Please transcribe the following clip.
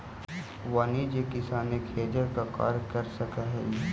वाणिज्यिक किसान एक हेजर का कार्य कर सकअ हई